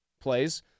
plays